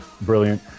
brilliant